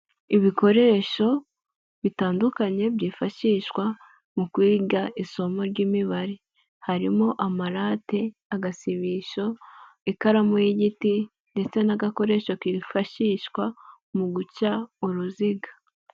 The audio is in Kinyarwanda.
Ibikoresho bitandukanye byifashishwa mu kwigaga isomo ry'imibare, harimo amarate, agasibisho, ikaramu y'igiti ndetse n'agakoresho kifashishwa mu guca uruziga.